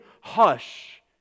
hush